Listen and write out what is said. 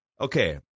Okay